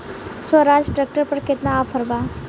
Swaraj tractor पर केतना offer बा?